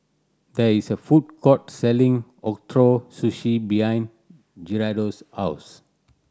there is a food court selling Ootoro Sushi behind Gerardo's house